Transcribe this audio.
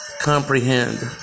comprehend